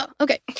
okay